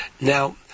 Now